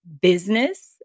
business